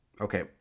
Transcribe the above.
Okay